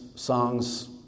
songs